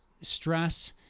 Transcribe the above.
stress